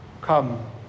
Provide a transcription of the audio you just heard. Come